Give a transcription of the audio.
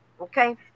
Okay